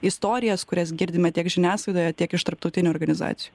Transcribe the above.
istorijas kurias girdime tiek žiniasklaidoje tiek iš tarptautinių organizacijų